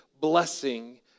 blessing